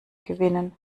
gewinnen